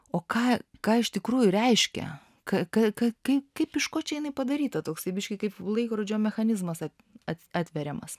o ką ką iš tikrųjų reiškia kakakaipkaipkaip iš ko čia jinai padaryta toksai biškį kaip laikrodžio mechanizmas atatatveriamas